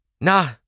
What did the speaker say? Nah